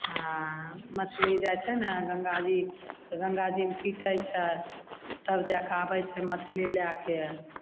आओर मछली जाय छै ने गंगा जी तऽ गंगा जीमे पीटय छै तब जा कऽ आबय छै मछली लएके